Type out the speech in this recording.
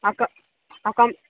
అకా అకామ్